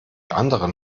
anderen